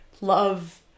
love